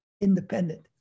independent